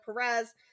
Perez